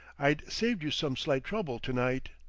i've saved you some slight trouble to-night.